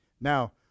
Now